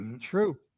true